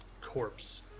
corpse